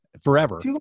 forever